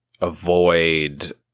avoid